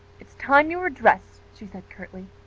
it's time you were dressed, she said curtly.